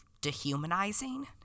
dehumanizing